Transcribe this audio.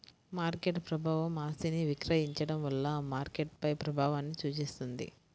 market ప్రభావం ఆస్తిని విక్రయించడం వల్ల మార్కెట్పై ప్రభావాన్ని సూచిస్తుంది